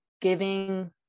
giving